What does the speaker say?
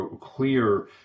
clear